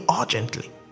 urgently